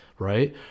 Right